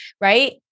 right